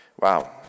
Wow